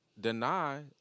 deny